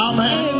Amen